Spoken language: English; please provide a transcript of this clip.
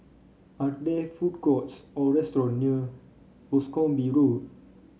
are there food courts or restaurant near Boscombe Road